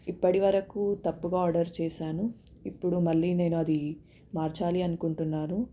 ఇప్పడి వరకు తప్పుగా ఆర్డర్ చేశాను ఇప్పుడు మళ్ళీ నేనది మార్చాలి అనుకుంటున్నాను